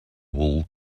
wool